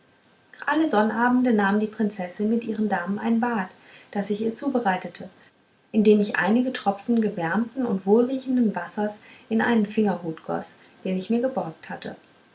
alle sonnabende nahm die prinzessin mit ihren damen ein bad das ich ihr zubereitete indem ich einige tropfen gewärmten und wohlriechenden wassers in einen fingerhut goß den ich mir geborgt hatte